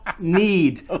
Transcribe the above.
need